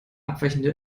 abweichende